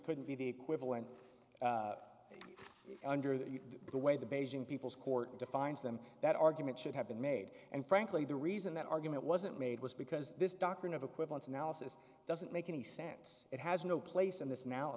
couldn't be the equivalent under that the way the beijing people's court defines them that argument should have been made and frankly the reason that argument wasn't made was because this doctrine of equivalence analysis doesn't make any sense it has no place in this